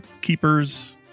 keepers